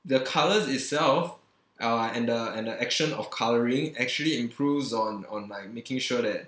the colours itself uh and the and the action of colouring actually improves on on like making sure that